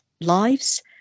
lives